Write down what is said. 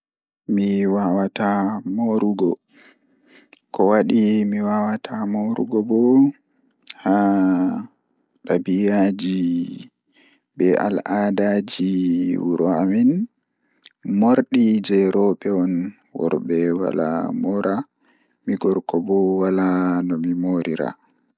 Eey, miɗo waɗa naatude hair e bandi. Miɗo waɗa ko ndun ɓe njooɗi haɓre, ko ɓe njogii ngal naatude ɗum tawa ko faami. E nder ɓe am, ɓe waɗi bandi ka hair tawa ɓe njooɗi ngam duuɓi e jam.